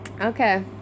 okay